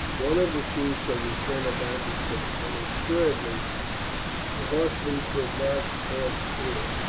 one of the chiefs of the trinobantes said but assuredly a horseman could not pass through it.